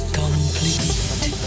complete